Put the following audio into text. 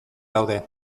daude